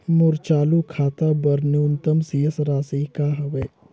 मोर चालू खाता बर न्यूनतम शेष राशि का हवे?